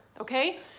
okay